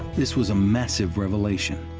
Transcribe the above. this was a massive revelation.